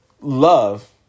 love